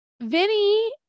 Vinny